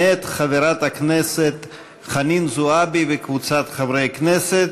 מאת חברת הכנסת חנין זועבי וקבוצת חברי כנסת.